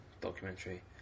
documentary